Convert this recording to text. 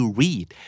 read